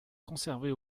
conservés